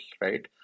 right